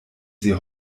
sie